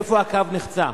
איפה הקו נחצה?